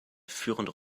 führende